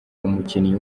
umukinnyi